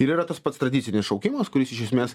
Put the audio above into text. ir yra tas pats tradicinis šaukimas kuris iš esmės